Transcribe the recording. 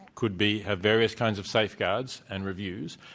could be have various kinds of safeguards and reviews,